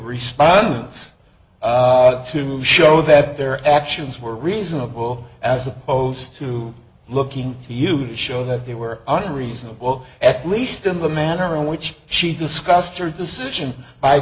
response to show that their actions were reasonable as opposed to looking to use to show that they were reasonable at least in the manner in which she discussed her decision